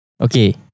Okay